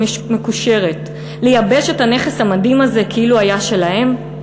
מקושרת לייבש את הנכס המדהים הזה כאילו היה שלהם?